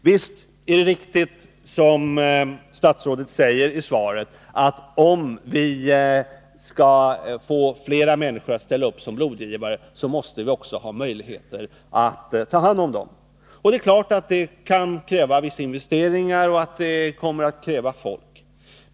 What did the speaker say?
Visst är det riktigt som statsrådet säger i svaret, att om vi skall få flera människor att bli blodgivare, då måste vi också ha möjligheter att ta hand om dem. Detta kan givetvis kräva vissa investeringar, och det kommer att kräva personal.